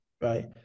right